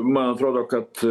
man atrodo kad